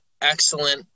excellent